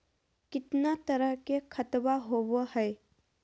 कितना तरह के खातवा होव हई?